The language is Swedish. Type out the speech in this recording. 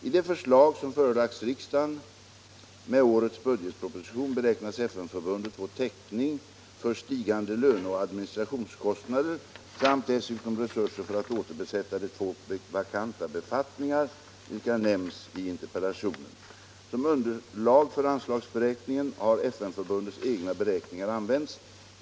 I det förslag som förelagts riksdagen med årets budgetproposition beräknas FN-förbundet få täckning för stigande löneoch administrationskostnader samt dessutom resurser för att återbesätta de två vakanta befattningar vilka nämns i interpellationen. Som underlag för anslagsberäkningen har FN-förbundets egna beräkningar använts.